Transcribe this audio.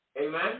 Amen